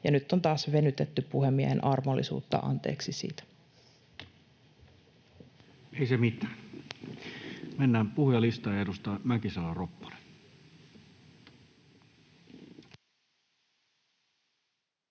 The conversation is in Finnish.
nyt on taas venytetty puhemiehen armollisuutta, anteeksi siitä. Ei se mitään. — Mennään puhujalistaan, ja edustaja Mäkisalo-Ropponen.